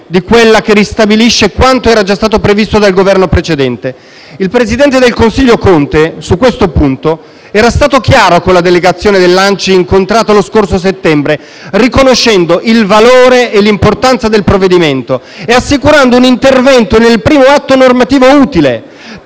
di quella che ristabilisce quanto era già stato previsto dal Governo precedente. Il presidente del Consiglio Conte su questo punto era stato chiaro con la delegazione dell'ANCI incontrata lo scorso settembre, riconoscendo il valore e l'importanza del provvedimento e assicurando un intervento nel primo atto normativo utile.